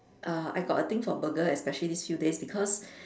uh I got a thing for burger especially these few days because